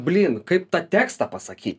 blyn kaip tą tekstą pasaky